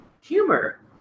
humor